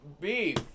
beef